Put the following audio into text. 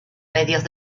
medios